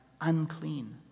unclean